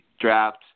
draft